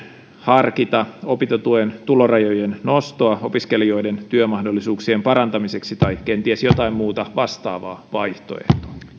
harkita opintotuen tulorajojen nostoa opiskelijoiden työmahdollisuuksien parantamiseksi tai kenties jotain muuta vastaavaa vaihtoehtoa